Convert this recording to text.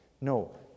No